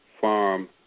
farm